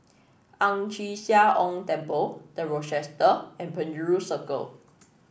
Ang Chee Sia Ong Temple The Rochester and Penjuru Circle